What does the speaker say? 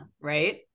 right